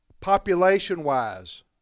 population-wise